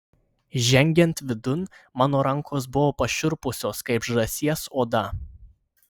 žengiant vidun mano rankos buvo pašiurpusios kaip žąsies oda